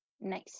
Nice